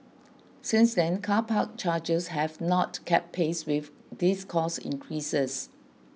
since then car park charges have not kept pace with these cost increases